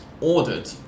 ordered